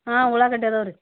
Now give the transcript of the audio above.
ಹಾಂ ಉಳ್ಳಾಗಡ್ಡೆ ಇದಾವ್ ರೀ